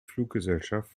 fluggesellschaft